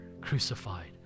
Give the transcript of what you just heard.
crucified